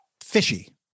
fishy